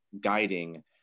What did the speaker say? guiding